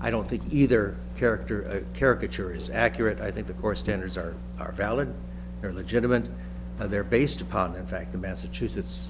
i don't think either character or a caricature is accurate i think the core standards are are valid they're legitimate and they're based upon in fact the massachusetts